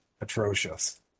atrocious